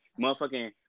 motherfucking